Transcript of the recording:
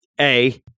A-